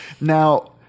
Now